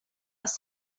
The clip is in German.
aus